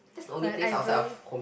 when I really